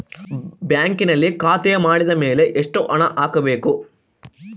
ಬ್ಯಾಂಕಿನಲ್ಲಿ ಖಾತೆ ಮಾಡಿದ ಮೇಲೆ ಎಷ್ಟು ಹಣ ಹಾಕಬೇಕು?